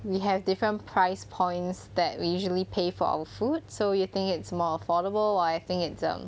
we have different price points that we usually pay for our food so you think it's more affordable I think it's a